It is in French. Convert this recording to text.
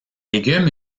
légumes